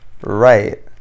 Right